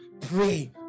Pray